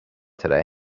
today